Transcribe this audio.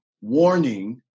warning